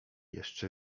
jeszcze